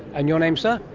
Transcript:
and your name sir?